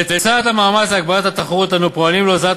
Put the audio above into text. לצד המאמץ להגברת התחרות אנו פועלים להוזלת